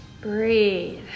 Breathe